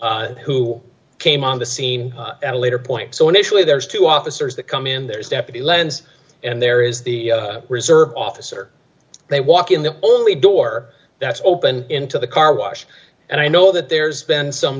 monye who came on the scene at a later point so initially there's two officers that come in there's deputy lens and there is the reserve officer they walk in the only door that's open into the car wash and i know that there's been some